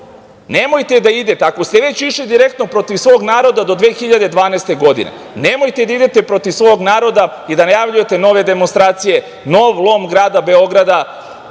nemojte da idete, ako ste već išli direktno protiv svog naroda do 2012. godine, nemojte da idete protiv svog naroda i da najavljujete nove demonstracije, nov lom grada Beograda,